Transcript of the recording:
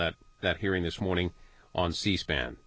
that that hearing this morning on c span